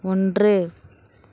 ஒன்று